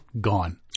gone